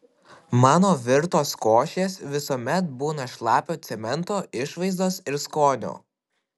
mano virtos košės visuomet būna šlapio cemento išvaizdos ir skonio